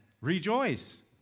Rejoice